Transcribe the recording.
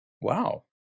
Wow